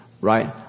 right